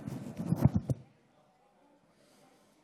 גברתי היושבת-ראש, חבריי חברי הכנסת, שרים,